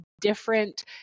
different